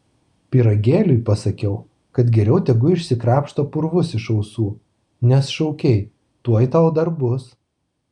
pyragėliui pasakiau kad geriau tegu išsikrapšto purvus iš ausų nes šaukei tuoj tau dar bus